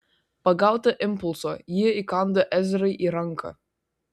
pagauta impulso ji įkando ezrai į ranką